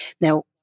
Now